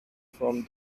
from